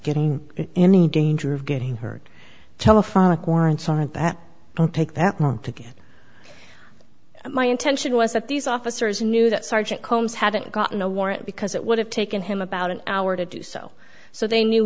getting any danger of getting hurt telephonic warrants aren't that don't take that long to get my attention was that these officers knew that sergeant combs hadn't gotten a warrant because it would have taken him about an hour to do so so they knew